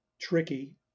tricky